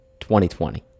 2020